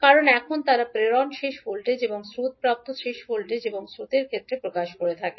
কারণ এখন তারা প্রেরণ শেষ ভোল্টেজ এবং স্রোতকে প্রাপ্ত শেষ ভোল্টেজ এবং স্রোতের ক্ষেত্রে প্রকাশ করছে